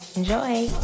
Enjoy